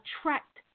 attract